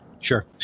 sure